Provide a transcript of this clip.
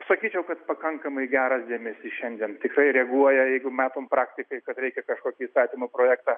sakyčiau kad pakankamai geras dėmesys šiandien tikrai reaguoja jeigu matom praktikai kad reikia kažkokį įstatymo projektą